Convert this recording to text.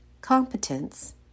competence